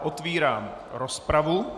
Otevírám rozpravu.